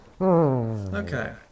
Okay